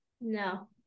no